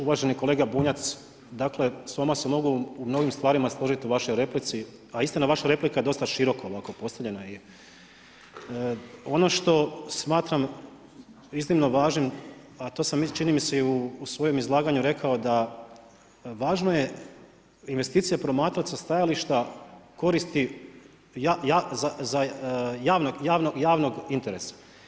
Uvaženi kolega Bunjac, dakle s vama se mogu u mnogim stvarima složiti u vašoj replici, a istina, vaša replika je dosta široko ovako postavljena i ono što smatram iznimno važnim a to sam čini mi se i u svojem izlaganju rekao da važno je investicije promatrati sa stajališta koristi javnog interesa.